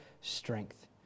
strength